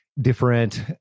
different